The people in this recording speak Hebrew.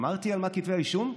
אמרתי על מה כתבי האישום?